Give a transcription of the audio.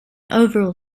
overall